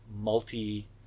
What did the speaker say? multi-